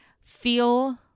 feel